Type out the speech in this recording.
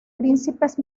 príncipes